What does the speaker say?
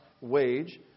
wage